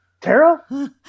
Tara